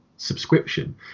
Subscription